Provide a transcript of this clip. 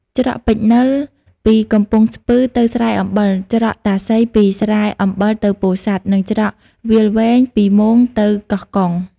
ច្រកពេជ្រនិល ពីកំពង់ស្ពឺទៅស្រែអំបិល ច្រកតាសីពីស្រែ អំបិលទៅពោធិសាត់ និងច្រកវាលវែង ពីរមោងទៅកោះកុង ។